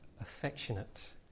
affectionate